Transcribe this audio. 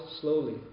slowly